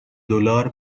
دلار